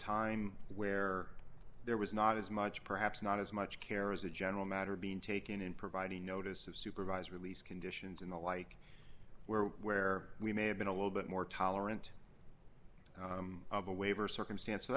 time where there was not as much perhaps not as much care as a general matter being taken in providing notice of supervised release conditions and the like where where we may have been a little bit more tolerant of a waiver circumstance